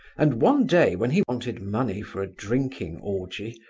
and one day when he wanted money for a drinking orgy,